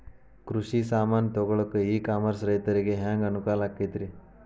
ಕೃಷಿ ಸಾಮಾನ್ ತಗೊಳಕ್ಕ ಇ ಕಾಮರ್ಸ್ ರೈತರಿಗೆ ಹ್ಯಾಂಗ್ ಅನುಕೂಲ ಆಕ್ಕೈತ್ರಿ?